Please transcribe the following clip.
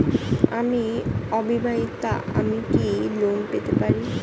আমি অবিবাহিতা আমি কি লোন পেতে পারি?